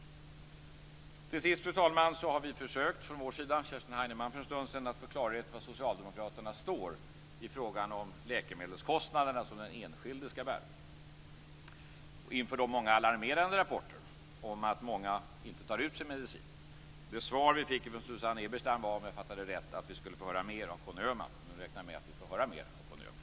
Till sist, fru talman, har vi från vår sida, också Kerstin Heinemann för en stund sedan, försökt att få klarhet i var Socialdemokraterna står i fråga om de läkemedelskostnader som den enskilde skall bära inför de många alarmerande rapporterna om att många inte tar ut sin medicin. Det svar vi fick från Susanne Eberstein var, om jag fattade rätt, att vi skulle få höra mer av Conny Öhman. Då räknar jag med att vi också får höra mer av Conny Öhman.